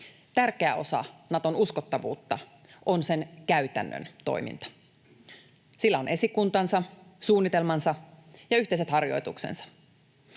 Tärkeä osa Naton uskottavuutta on sen käytännön toiminta. Sillä on esikuntansa, suunnitelmansa ja yhteiset harjoituksensa.